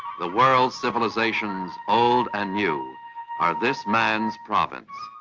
the world civilizations, old and new, are this man's province.